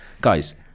Guys